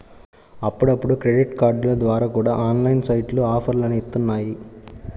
అప్పుడప్పుడు క్రెడిట్ కార్డుల ద్వారా కూడా ఆన్లైన్ సైట్లు ఆఫర్లని ఇత్తన్నాయి